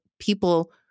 people